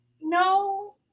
No